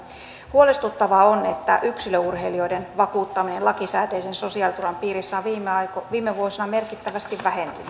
huolestuttavaa on että yksilöurheilijoiden vakuuttaminen lakisääteisen sosiaaliturvan piirissä on viime vuosina merkittävästi vähentynyt